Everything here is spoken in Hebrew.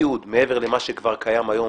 לא יהיה שום תיעוד מעבר למה שכבר קיים היום